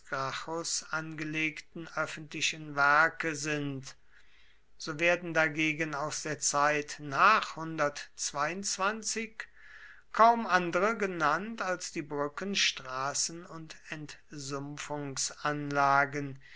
gracchus angelegten öffentlichen werke sind so werden dagegen aus der zeit nach kaum andere genannt als die brücken straßen und